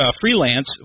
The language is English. freelance